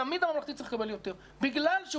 תמיד הממלכתי צריך לקבל יותר בגלל שהוא